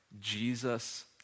Jesus